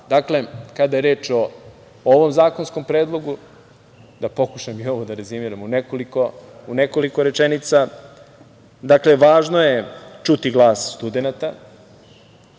zakona. Dakle, kada je reč o ovom zakonskom predlogu, da pokušam i ovo da rezimiram u nekoliko rečenica, važno je čuti glas studenata,